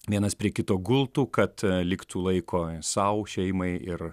vienas prie kito gultų kad liktų laiko sau šeimai ir